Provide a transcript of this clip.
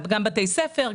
גם בתי ספר,